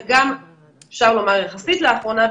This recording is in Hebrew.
וגם אפשר לומר שיחסית לאחרונה,